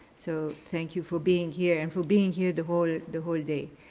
so thank you for being here and for being here the whole the whole day.